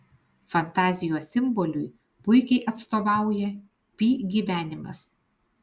fantazijos simboliui puikiai atstovauja pi gyvenimas